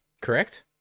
Correct